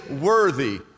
worthy